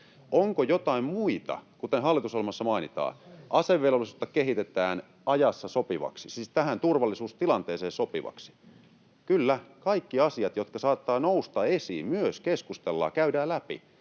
Onko joitain muita? Kuten hallitusohjelmassa mainitaan, asevelvollisuutta kehitetään ajassa sopivaksi, siis tähän turvallisuustilanteeseen sopivaksi. Kyllä, kaikki asiat, jotka saattavat nousta esiin, myös keskustellaan ja käydään läpi,